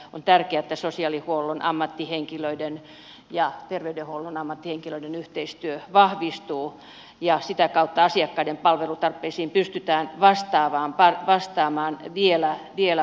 on tärkeää että sosiaalihuollon ammattihenkilöiden ja terveydenhuollon ammattihenkilöiden yhteistyö vahvistuu ja sitä kautta asiakkaiden palvelutarpeisiin pystytään vastaamaan vielä paremmin